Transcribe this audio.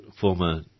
former